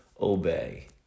obey